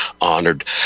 honored